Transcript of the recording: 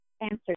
answer